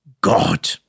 God